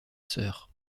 sœur